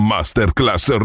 Masterclass